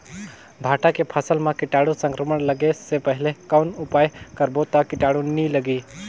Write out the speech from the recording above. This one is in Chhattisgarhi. भांटा के फसल मां कीटाणु संक्रमण लगे से पहले कौन उपाय करबो ता कीटाणु नी लगही?